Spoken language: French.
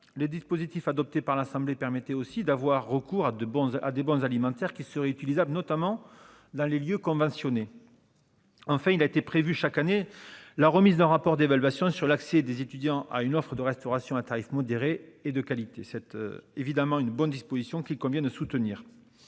Le dispositif adopté par l'Assemblée permettait aussi d'avoir recours à de bons à des bons alimentaires qui seraient utilisable notamment dans les lieux conventionnés. En fait, il a été prévu chaque année la remise d'un rapport d'évaluation sur l'accès des étudiants à une offre de restauration à tarif modéré et de qualité cette évidemment une bonne disposition qu'il convient de soutenir.